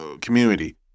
community